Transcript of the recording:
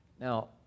Now